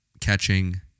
catching